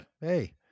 hey